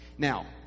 Now